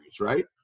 right